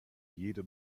jede